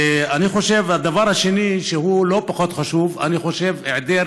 אני חושב, הדבר השני, שהוא לא פחות חשוב, זה היעדר